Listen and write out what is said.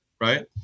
right